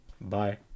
Bye